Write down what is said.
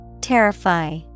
Terrify